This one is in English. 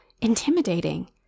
intimidating